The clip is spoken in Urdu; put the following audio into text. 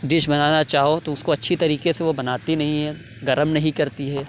ڈش بنانا چاہو تو اس کو اچھی طریقے سے وہ بناتی نہیں ہے گرم نہیں کرتی ہے